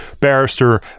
barrister